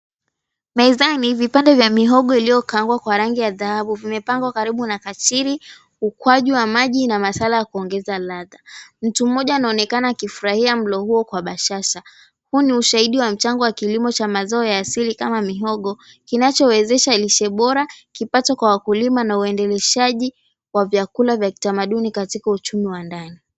Mezani, vipande vya mihogo iliyokaangwa kwa rangi ya dhahabu vimepangwa karibu na katili, ukwaju wa maji na masuala ya kuongeza ladha. Mtu mmoja anaonekana kifurahia mlo huo kwa bashasha huu ni ushahidi wa mchango wa kilimo cha mazao ya asili kama mihogo kinachowezesha lishe bora, kipato kwa wakulima na uendeleshaji wa vyakula vya kitamaduni katika uchumi wa ndani.